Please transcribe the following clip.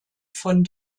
von